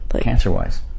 Cancer-wise